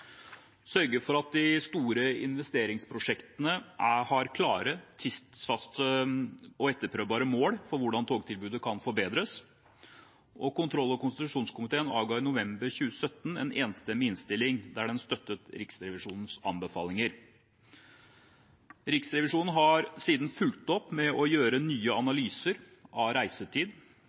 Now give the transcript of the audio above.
sørge for at de store investeringsprosjektene har klare, tidsfastsatte og etterprøvbare mål for hvordan togtilbudet kan forbedres Kontroll- og konstitusjonskomiteen avgav i november 2017 en enstemmig innstilling, der den støttet Riksrevisjonens anbefalinger. Riksrevisjonen har siden fulgt opp med å gjøre nye analyser av reisetid,